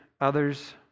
others